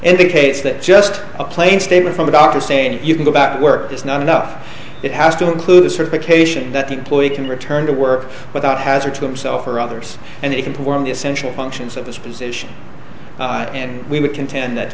indicates that just a plain statement from a doctor say you can go back to work is not enough it has to include a certification that employee can return to work without hazard to themself or others and it can perform essential functions of disposition and we would contend that